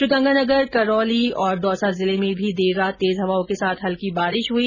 श्रीगंगानगर करौली और दौसा जिले में भी देर रात तेज हवाओं के साथ हल्की बारिश हुई